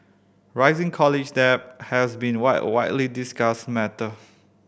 rising college debt has been a widely discussed matter